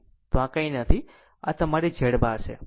તો આ કંઈ નથી આ તમારી Z બાર છે